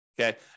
Okay